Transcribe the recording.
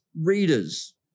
readers